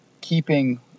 keeping